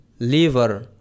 liver